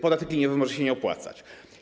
Podatek liniowy może się nie opłacać.